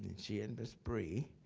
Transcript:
she and miss bry.